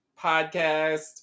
podcast